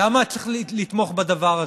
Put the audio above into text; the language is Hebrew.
למה צריך לתמוך בדבר הזה?